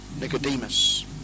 Nicodemus